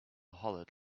hollered